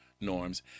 norms